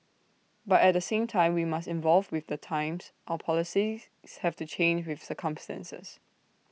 but at the same time we must evolve with the times our policies have to change with circumstances